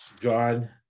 John